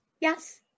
Yes